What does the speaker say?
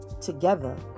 together